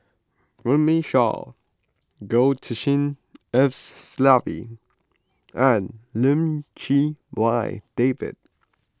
Runme Shaw Goh Tshin En Sylvia and Lim Chee Wai David